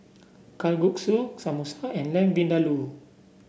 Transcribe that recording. Kalguksu Samosa and Lamb Vindaloo